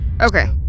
Okay